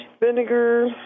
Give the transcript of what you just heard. vinegar